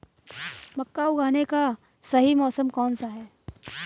मक्का उगाने का सही मौसम कौनसा है?